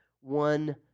one